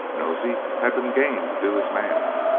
nosey had been game to do his man,